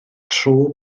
tro